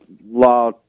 law